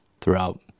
throughout